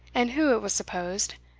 and who, it was supposed,